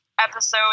episode